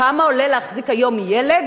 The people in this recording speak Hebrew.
כמה עולה להחזיק היום ילד